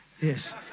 Yes